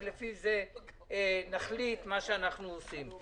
ולפי זה נחליט מה אנחנו עושים.